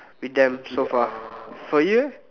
with them so far for you